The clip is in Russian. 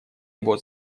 его